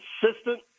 consistent